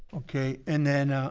okay and then.